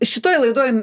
šitoj laidoj